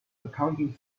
accounting